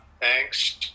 Thanks